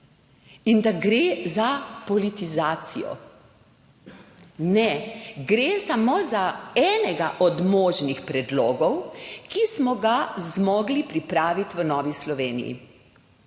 in da gre za politizacijo. Ne, gre samo za enega od možnih predlogov, ki smo ga zmogli pripraviti v Novi Sloveniji.